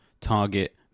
Target